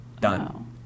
done